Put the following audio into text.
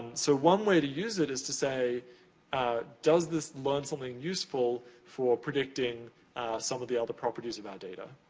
so, one way to use it is to say does this learn something useful for predicting some of the other properties of our data?